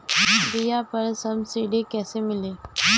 बीया पर सब्सिडी कैसे मिली?